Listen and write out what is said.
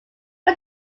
but